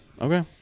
Okay